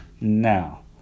Now